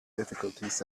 difficulties